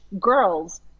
girls